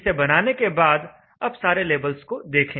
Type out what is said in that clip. इसे बनाने के बाद अब सारे लेबल्स को देखें